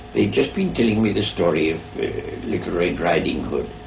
they'd just been telling me the story of little red riding hood,